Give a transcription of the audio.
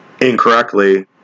incorrectly